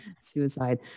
suicide